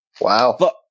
Wow